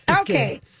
okay